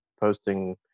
posting